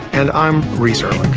and i'm reece erlich